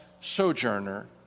sojourner